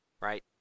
right